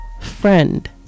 Friend